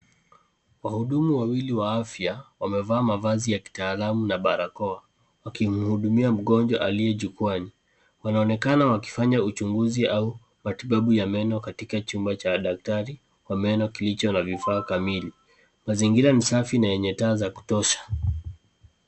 Wahudumu wawili wa kiafya wamevaa mavazi ya kitaalamu na barakoa wakihudumia mgonjwa aliye chukwaani. Wanaonekana wakifanya uchunguzi au matibabu ya meno katika chumba cha daktari wa meno kilicho na vifaa kamili. Mazingira ni safi na yenye taa za kutosha.